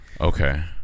Okay